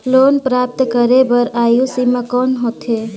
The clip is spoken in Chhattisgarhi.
लोन प्राप्त करे बर आयु सीमा कौन होथे?